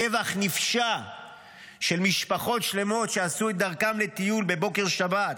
טבח נפשע של משפחות שלמות שעשו את דרכן לטיול בבוקר שבת,